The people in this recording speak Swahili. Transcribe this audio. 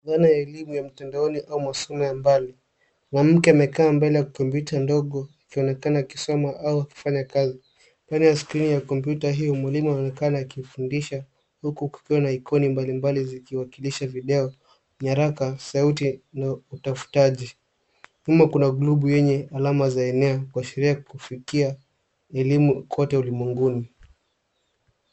Dhana ya elimu ya mtandoni au masomo ya mbali. Mwanamke amekaa mbele ya kompyuta ndogo akionekana akisoma au akifanya kazi. Upande wa skrini ya kompyuta hiyo mwalimu anaonekana akimfundisha, huku kukiwa na ikoni mbalimbali zikiwakilisha video, nyaraka, sauti na utafutaji. Nyuma kuna globe yenye alama za eneo kwa sherehe ya kufikia elimu kote ulimwenguni.